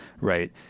right